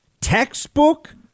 textbook